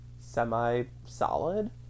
semi-solid